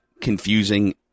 confusing